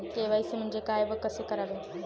KYC म्हणजे काय व कसे करावे?